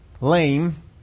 lame